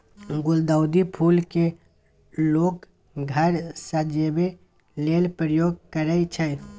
गुलदाउदी फुल केँ लोक घर सजेबा लेल प्रयोग करय छै